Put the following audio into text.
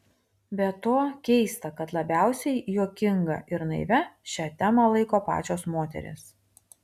be to keista kad labiausiai juokinga ir naivia šią temą laiko pačios moterys